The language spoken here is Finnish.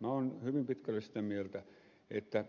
minä olen hyvin pitkälle sitä mieltä että